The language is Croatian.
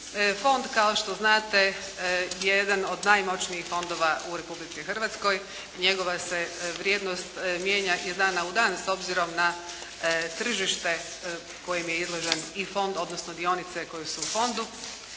Fond kao što znate je jedan od najmoćnijih fondova u Republici Hrvatskoj. Njegova se vrijednost mijenja iz dana u dan s obzirom na tržište kojim je izložen i fond, odnosno dionice koje su u fondu.